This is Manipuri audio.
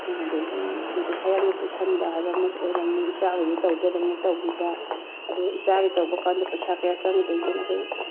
ꯑꯗꯒꯤ ꯄꯩꯁꯥ ꯌꯥꯝꯅ ꯄꯨꯁꯤꯟꯕ ꯍꯥꯏꯕ ꯑꯃꯁꯨ ꯑꯣꯏꯔꯝꯃꯤ ꯏꯆꯥꯒꯤꯗꯤ ꯇꯧꯗ ꯌꯥꯗꯕꯅꯤꯅ ꯇꯧꯕꯤꯕ ꯑꯗꯣ ꯏꯆꯥꯒꯤ ꯇꯧꯕ ꯀꯥꯟꯗ ꯄꯩꯁꯥ ꯀꯌꯥ ꯆꯪꯒꯗꯒꯦꯅ ꯑꯩꯈꯣꯏ